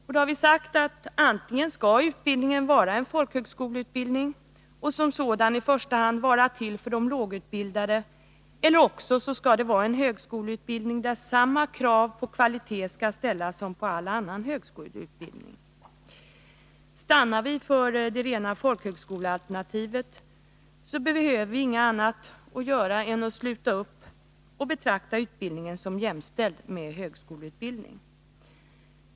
Vi har sagt att antingen skall utbildningen vara en folkhögskoleutbildning och som sådan i första hand vara till för de lågutbildade eller också skall den vara en högskoleutbildning, där samma krav på kvalitet skall ställas som på annan högskoleutbildning. Stannar vi för det rena folkhögskolealternativet behöver vi inget annat göra än att sluta upp och betrakta utbildningen som jämställd med högskoleutbildningen.